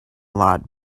lot